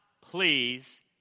please